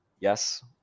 yes